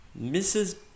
mrs